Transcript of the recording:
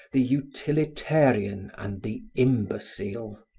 the utilitarian and the imbecile.